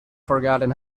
forgotten